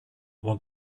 want